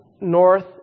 north